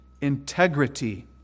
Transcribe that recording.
integrity